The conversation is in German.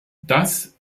das